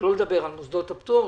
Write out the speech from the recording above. שלא לדבר על מוסדות הפטור,